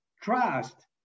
trust